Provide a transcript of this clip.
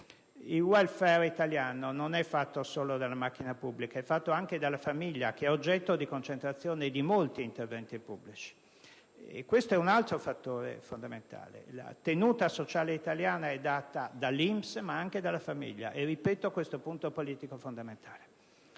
Il *welfare* italiano non è fatto solo della macchina pubblica, è fatto anche della famiglia, che è oggetto di concentrazione di molti interventi pubblici. Questo è un altro fattore fondamentale. La tenuta sociale italiana è data dall'INPS, ma anche dalla famiglia e ripeto che questo è punto politico fondamentale.